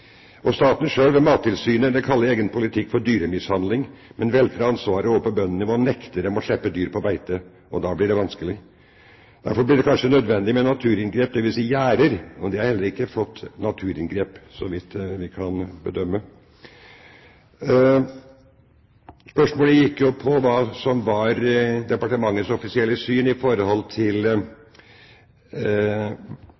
Staten selv, ved Mattilsynet, kaller egen politikk dyremishandling, men velter ansvaret over på bøndene ved å nekte dem å slippe dyr på beite. Da blir det vanskelig. Derfor blir det kanskje nødvendig med naturinngrep, dvs. gjerder, og det er heller ikke et flott naturinngrep, så vidt vi kan bedømme. Spørsmålet gikk på hva som var departementets offisielle syn med hensyn til